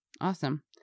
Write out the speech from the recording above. awesome